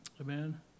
Amen